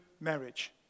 marriage